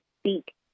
speak